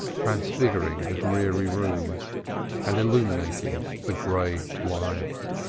transfiguring the dreary rooms and illumining the gray lives.